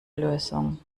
lösung